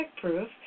proof